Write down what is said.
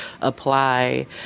apply